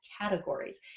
categories